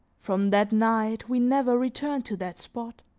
from that night, we never returned to that spot.